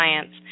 science